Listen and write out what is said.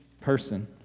person